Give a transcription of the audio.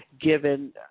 given